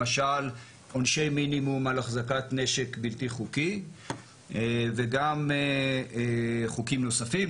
למשל עונשי מינימום על החזקת נשק בלתי חוקי וגם חוקים נוספים.